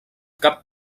cap